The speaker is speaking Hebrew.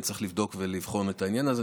אני צריך לבדוק ולבחון את העניין הזה.